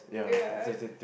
ya